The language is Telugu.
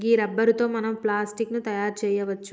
గీ రబ్బరు తో మనం ప్లాస్టిక్ ని తయారు చేయవచ్చు